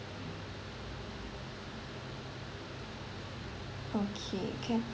okay can